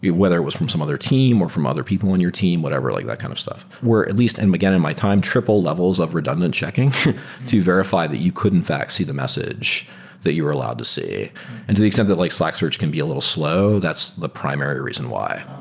whether it was from some other team or from other people in your team, whatever, like that kind of stuff, where at least, and again, in my time, triple levels of redundant checking to verify that you could in fact see the message that you are allowed to see and to the extent the like slack search can be a little slow. that's the primary reason why.